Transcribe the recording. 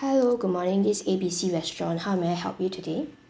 hello good morning this A B C restaurant how may I help you today